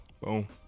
Boom